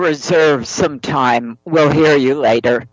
reserve some time well here you later